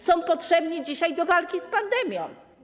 Są potrzebni dzisiaj do walki z pandemią.